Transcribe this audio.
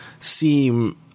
seem